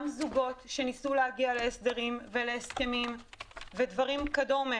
גם זוגות שניסו להגיע להסדרים ולהסכמים ולדברים כדומה